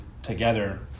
Together